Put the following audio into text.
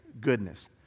goodness